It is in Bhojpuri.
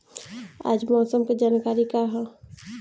आज मौसम के जानकारी का ह?